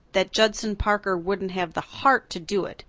that judson parker wouldn't have the heart to do it,